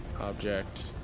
object